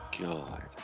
God